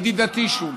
ידידתי שולי,